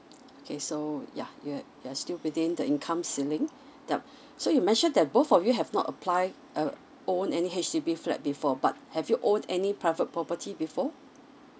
okay so ya you're you're still within the income ceiling yup so you mentioned that both of you have not applied uh owned any H_D_B flat before but have you owned any private property before